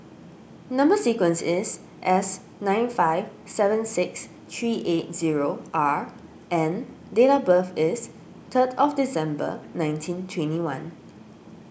Number Sequence is S nine five seven six three eight zero R and date of birth is three December nineteen twenty one